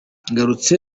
ngarutse